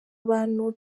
abantu